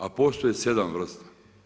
A postoje 7 vrsta.